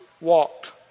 walked